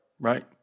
right